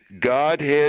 Godhead